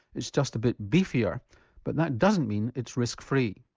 it's just a bit beefier but that doesn't mean it's risk free.